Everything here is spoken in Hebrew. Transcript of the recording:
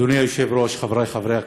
אדוני היושב-ראש, חברי חברי הכנסת,